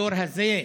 לדור הזה,